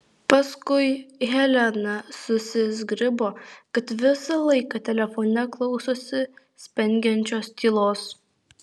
paskui helena susizgribo kad visą laiką telefone klausosi spengiančios tylos